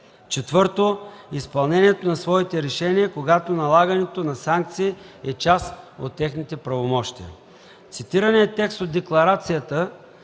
4. изпълнението на своите решения, когато налагането на санкции е част от техните правомощия.” Цитираният текст от Декларацията